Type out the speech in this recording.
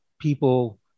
People